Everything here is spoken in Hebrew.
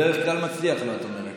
בדרך כלל מצליח לה, את אומרת.